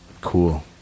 cool